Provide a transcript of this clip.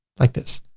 like this.